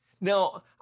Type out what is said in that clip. Now